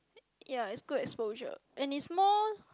ya it's good exposure and it's more